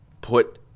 put